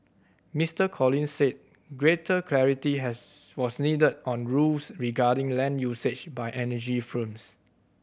Mister Collins said greater clarity has was needed on rules regarding land usage by energy firms